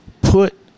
put